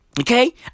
Okay